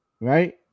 right